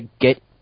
get